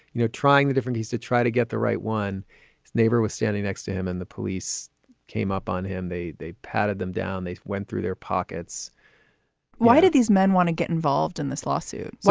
you know, trying to different keys to try to get the right one. its neighbor was standing next to him and the police came up on him. they they patted them down. they went through their pockets why did these men want to get involved in this lawsuit? why